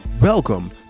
Welcome